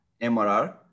MRR